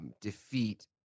defeat